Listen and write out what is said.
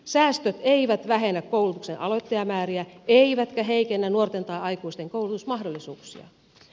säästöt eivät vähennä koulutuksen aloittajamääriä eivätkä heikennä nuorten tai aikuisten koulutusmahdollisuuksia